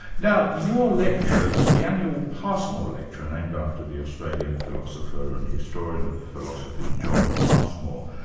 now your lecture was the annual passmore lecture, named after the australian philosopher and historian of philosophy, john passmore.